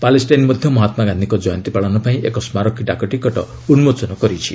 Palestine ମଧ୍ୟ ମହାତ୍ଗାନ୍ଧିଙ୍କ ଜୟନ୍ତୀ ପାଳନ ପାଇଁ ଏକ ସ୍କାରକୀ ଡାକଟିକଟ ଉନ୍କୋଚନ କରିଛି